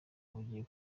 bugiye